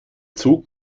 zug